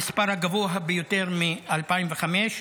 המספר הגבוה ביותר מ-2005,